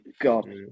God